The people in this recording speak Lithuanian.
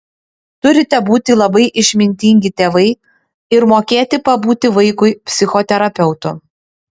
turite būti labai išmintingi tėvai ir mokėti pabūti vaikui psichoterapeutu